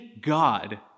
God